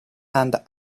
and